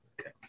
Okay